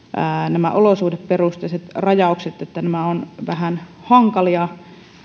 nämä olosuhdeperusteiset rajaukset ovat vähän hankalia